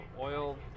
oil